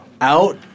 out